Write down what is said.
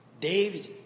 David